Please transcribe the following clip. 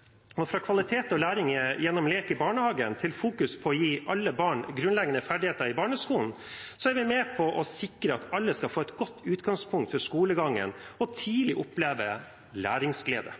videre, fra kvalitet og læring gjennom lek i barnehagen til fokus på å gi alle barn grunnleggende ferdigheter i barneskolen. Slik er vi med på å sikre at alle får et godt utgangspunkt for skolegang og tidlig får oppleve læringsglede.